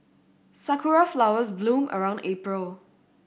sakura flowers bloom around April